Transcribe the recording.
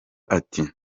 ati